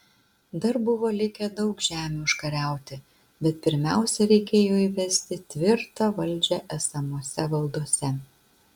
dar buvo likę daug žemių užkariauti bet pirmiausia reikėjo įvesti tvirtą valdžią esamose valdose